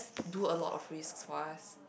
do a lot of risks for us